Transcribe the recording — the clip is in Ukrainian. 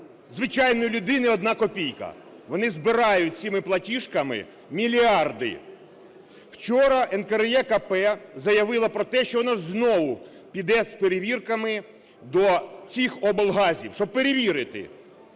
звичайної людини 1 копійка. Вони збирають цими платіжками мільярди. Вчора НКРЕКП заявила про те, що вона знову піде з перевірками що цих облгазів, щоб перевірити,